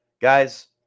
guys